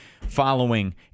following